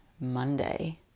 Monday